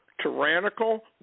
tyrannical